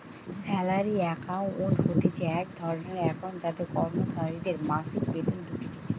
salary account হতিছে এক ধরণের একাউন্ট যাতে কর্মচারীদের মাসিক বেতন ঢুকতিছে